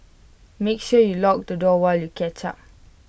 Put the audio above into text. make sure you lock the door while you catch up